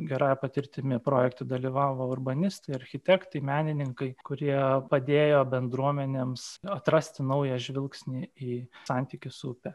gerąja patirtimi projekte dalyvavo urbanistai architektai menininkai kurie padėjo bendruomenėms atrasti naują žvilgsnį į santykį su upe